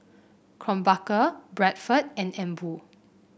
Krombacher Bradford and Emborg